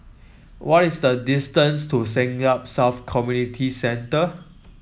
what is the distance to Siglap South Community Centre